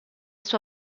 sua